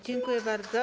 Dziękuję bardzo.